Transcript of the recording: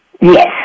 Yes